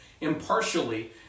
impartially